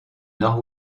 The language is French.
nord